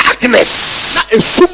darkness